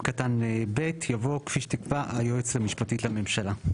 קטן (ב)' יבוא 'כפי שתקבע היועצת המשפטית לממשלה'.